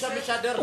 מי שמשדר לא,